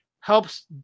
helps